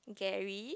Gary